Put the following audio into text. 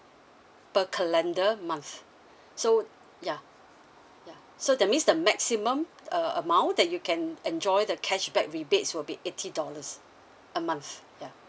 per calendar month so ya ya so that means the maximum uh amount that you can enjoy the cashback rebates will be eighty dollars a month ya